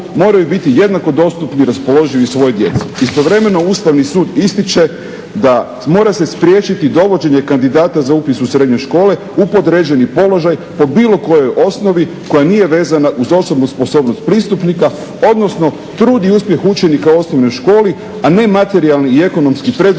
moraju biti jednako dostupni i raspoloživi svoj djeci. Istovremeno Ustavni sud ističe da mora se spriječiti dovođenje kandidata za upis u srednje škole u podređeni položaj po bilo kojoj osnovi koja nije vezana uz osobnu sposobnost pristupnika, odnosno trud i uspjeh učenika u osnovnoj školi, a ne materijalni i ekonomski preduvjeti